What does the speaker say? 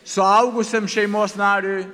suaugusiam šeimos nariui